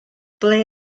ble